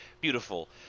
Beautiful